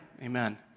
amen